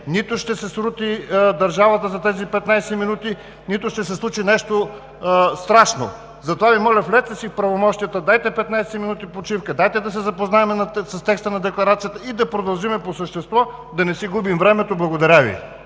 Нито ще се срути държавата за тези 15 минути, нито ще се случи нещо страшно. Затова Ви моля – влезте си в правомощията, дайте 15 минути почивка, дайте да се запознаем с текста на Декларацията и да продължим по същество, да не си губим времето. Благодаря Ви.